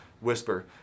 whisper